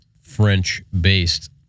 French-based